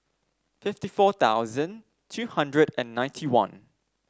fifty four thousand two hundred and ninety one